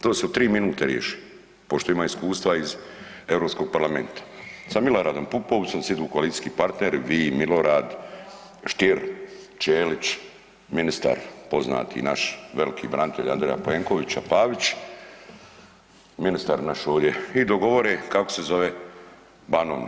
To se u 3 minute riješi, pošto ima iskustva iz Europskog parlamenta, sa Miloradom Pupovcem sidu koalicijski partneri, vi, Milorad, Stier, Ćelić, ministar poznati naš, veliki branitelj Andreja Plenkovića, Pavić, ministar naš ovdje i dogovore, kako se zove Banovina.